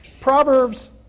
Proverbs